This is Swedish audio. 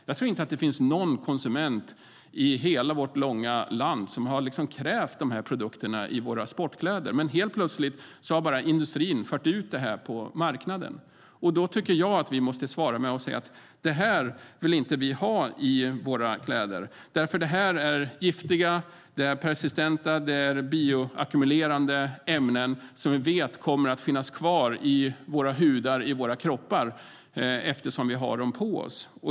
Jag tror inte att det finns någon konsument i hela vårt långa land som har krävt att de produkterna ska finnas i våra sportkläder. Men helt plötsligt har industrin fört ut det på marknaden. Jag tycker att vi måste svara genom att säga att vi inte vill ha det i våra kläder. Det är giftiga, persistenta, bioackumulerande ämnen som vi vet kommer att finnas kvar i vår hud och våra kroppar eftersom vi har dem på oss.